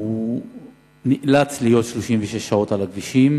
הוא נאלץ להיות 36 שעות על הכבישים.